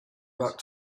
back